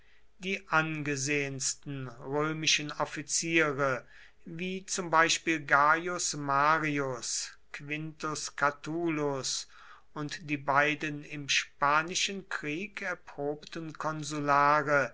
die angesehensten römischen offiziere wie zum beispiel gaius marius quintus catulus und die beiden im spanischen krieg erprobten konsulare